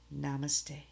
Namaste